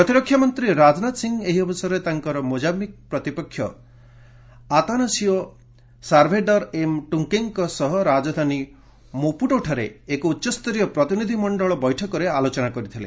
ପ୍ରତିରକ୍ଷାମନ୍ତ୍ରୀ ରାଜନାଥ ସିଂ ଏହି ଅବସରରେ ତାଙ୍କର ମୋଜାୟିକ୍ ପ୍ରତିପକ୍ଷ ଆତାନାସିଓ ସାର୍ଭେଡର ଏମ୍ ଟ୍ରୁଙ୍କେଙ୍କ ସହ ରାଜଧାନୀ ମୋପ୍ରଟୋଠାରେ ଏକ ଉଚ୍ଚସ୍ତରୀୟ ପ୍ରତିନିଧି ମଣ୍ଡଳ ବୈଠକରେ ଆଲୋଚନା କରିଥିଲେ